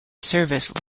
service